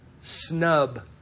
snub